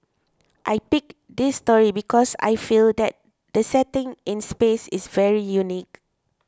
I picked this story because I feel that the setting in space is very unique